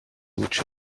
which